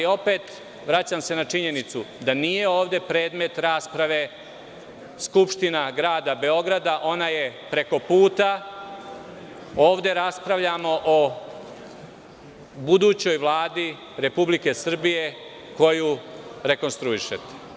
Opet, vraćam se na činjenicu da nije ovde predmet rasprave Skupština grada Beograda, ona je preko puta, ovde raspravljamo o budućoj Vladi Republike Srbije koju rekonstruišete.